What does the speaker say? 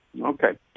Okay